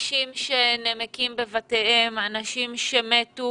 אנשים שנמקים בבתיהם, אנשים שמתו